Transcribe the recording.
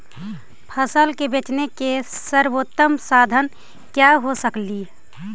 फसल के बेचने के सरबोतम साधन क्या हो सकेली?